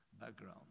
background